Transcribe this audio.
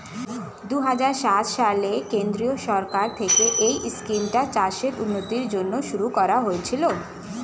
দুহাজার সাত সালে কেন্দ্রীয় সরকার থেকে এই স্কিমটা চাষের উন্নতির জন্য শুরু করা হয়েছিল